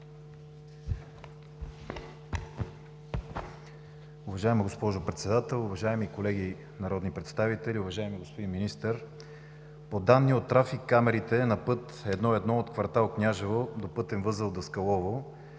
Уважаема госпожо Председател, уважаеми колеги народни представители, уважаеми господин Министър! По данни от трафик камерите на път I-1 от кв. „Княжево“ до пътен възел „Даскалово“